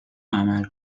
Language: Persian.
عمل